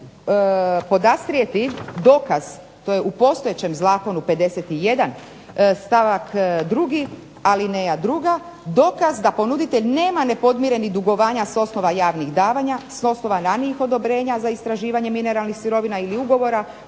podastrijeti dokaz, to je u postojećem zakonu 51. stavak 2. alineja 2. dokaz da ponuditelj nema nepodmirenih dugovanja s osnova javnih davanja, s osnova ranijih odobrenja za istraživanje mineralnih sirovina ili ugovora